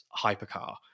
hypercar